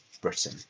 Britain